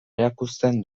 erakusten